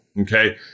Okay